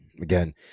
again